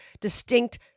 distinct